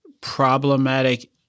problematic